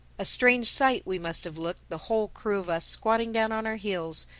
a strange sight we must have looked, the whole crew of us squatting down on our heels,